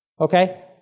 Okay